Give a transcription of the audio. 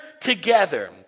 together